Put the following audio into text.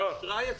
מצמצמים.